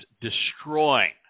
destroying